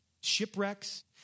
shipwrecks